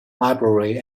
library